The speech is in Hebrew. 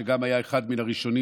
שגם היה אחד מהראשונים,